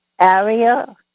area